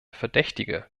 verdächtige